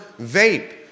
vape